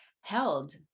held